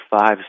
five